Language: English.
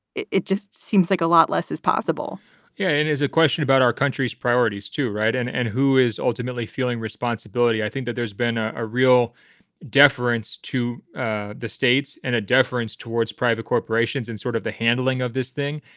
it it just seems like a lot less is possible yeah, it is a question about our country's priorities, too. right. and and who is ultimately feeling responsibility? i think that there's been a a real deference to the states and a deference towards private corporations and sort of the handling of this thing.